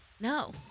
No